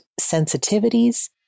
sensitivities